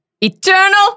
Eternal